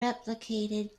replicated